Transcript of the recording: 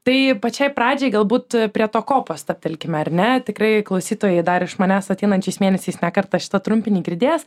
tai pačiai pradžiai galbūt prie to kopo staptelkime ar ne tikrai klausytojai dar iš manęs ateinančiais mėnesiais ne kartą šitą trumpinį girdės